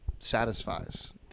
satisfies